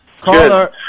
Caller